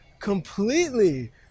completely